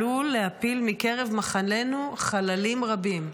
עלול להפיל מקרב מחננו חללים רבים.